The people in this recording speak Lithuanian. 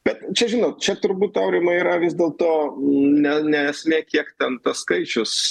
bet čia žinok čia turbūt aurimai yra vis dėlto ne ne esmė kiek ten tas skaičius